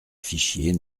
fichier